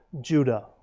Judah